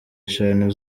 eshanu